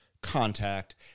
contact